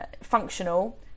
functional